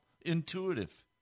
intuitive